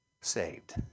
saved